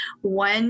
one